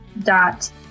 dot